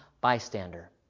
bystander